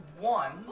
one